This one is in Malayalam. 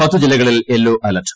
പത്ത് ജില്ലകളിൽ യെല്ലൊ അലർട്ട്